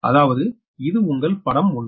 அதாவது இது உங்கள் படம் 1